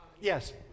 Yes